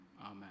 amen